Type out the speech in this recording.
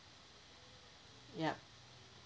yup